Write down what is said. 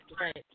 Right